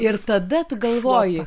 ir tada tu galvoji